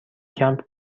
کمپ